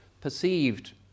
perceived